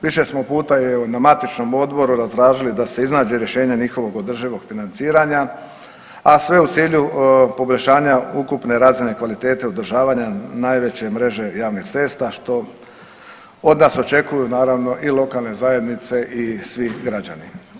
Više smo puta i evo na matičnom odboru tražili da se iznađe rješenje njihovog održivog financiranja, a sve u cilju poboljšanja ukupne razine kvalitete održavanja najveće mreže javnih cesta što od nas očekuju naravno i lokalne zajednice i svi građani.